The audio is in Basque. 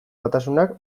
batasunak